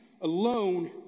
alone